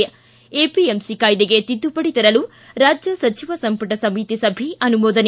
ಿಗ APMC ಕಾಯ್ಗೆಗೆ ತಿದ್ಗುಪಡಿ ತರಲು ರಾಜ್ಯ ಸಚಿವ ಸಂಪುಟ ಸಮಿತಿ ಸಭೆ ಅನುಮೋದನೆ